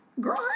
girl